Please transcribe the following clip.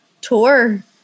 tour